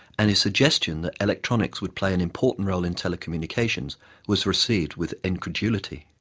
and his suggestion that electronics would play an important role in telecommunications was received with incredulity.